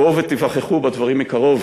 בואו ותיווכחו בדברים מקרוב.